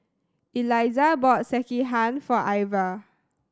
Eliza bought Sekihan for Ivah